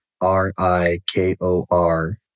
R-I-K-O-R